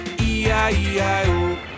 E-I-E-I-O